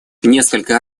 несколько